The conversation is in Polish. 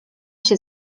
się